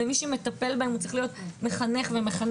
ומי שמטפל בהם הוא צריך להיות מחנך ומחנכת,